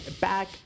back